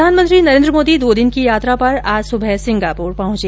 प्रधानमंत्री नरेंद्र मोदी दो दिन की यात्रा पर आज सुबह सिंगापुर पहुंचे